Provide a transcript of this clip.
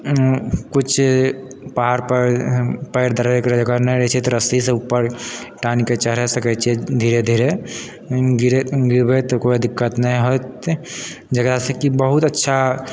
किछु पहाड़पर पयर धरैके जगह नहि रहै छै तऽ रस्सीसँ उपर टानिकऽ चढ़ा सकै छियै धीरे धीरे गिरै गिरबै तऽ कोइ दिक्कत नहि होइत जकरासँ कि बहुत अच्छा